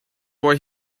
why